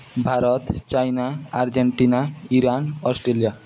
Bharat China Argentina Iran Australia